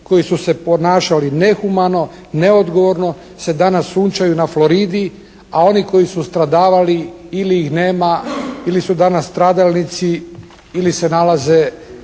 koji su se ponašali nehumano, neodgovorno se danas sunčaju na Floridi a oni koji su stradavali ili ih nema, ili su danas stradalnici, ili se nalaze